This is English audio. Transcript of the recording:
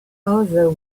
other